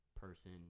person